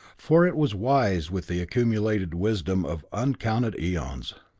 for it was wise with the accumulated wisdom of uncounted eons.